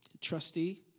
trustee